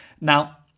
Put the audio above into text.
Now